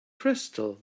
crystal